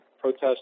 protest